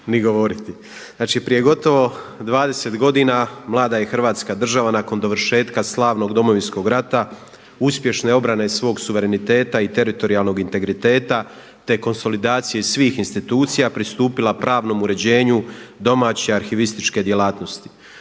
ni govoriti. Znači prije gotovo 20 godina, mlada je Hrvatska država nakon dovršetka slavnog Domovinskog rata, uspješne obrane i svog suvereniteta i teritorijalnog integriteta, te konsolidacije svih institucija pristupila pravnom uređenju domaće arhivističke djelatnosti.